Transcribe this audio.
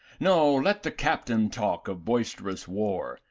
no, let the captain talk of boisterous war,